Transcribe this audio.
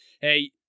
hey